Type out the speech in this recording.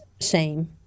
shame